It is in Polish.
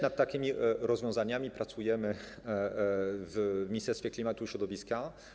Nad takimi rozwiązaniami pracujemy w Ministerstwie Klimatu i Środowiska.